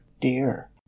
dear